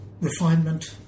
refinement